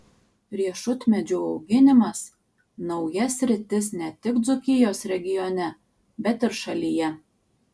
riešutmedžių auginimas nauja sritis ne tik dzūkijos regione bet ir šalyje